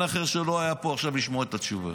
אחר שלא היה פה עכשיו לשמוע את התשובה.